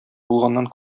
булганнан